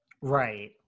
Right